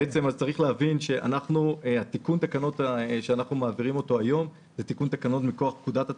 צריך להבין שתיקון התקנות שאנחנו מעבירים היום הוא מכוח פקודת התעבורה.